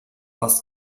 aus